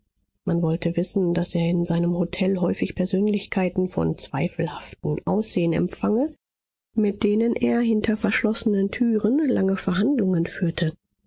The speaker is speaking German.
man wollte wissen daß er in seinem hotel häufig persönlichkeiten von zweifelhaftem aussehen empfange mit denen er hinter verschlossenen türen lange verhandlungen führte